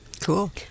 Cool